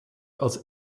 als